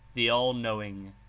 the all-knowing.